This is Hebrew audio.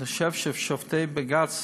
אני חושב ששופטי בג"ץ